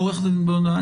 עורכת הדין בלונדהיים,